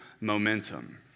momentum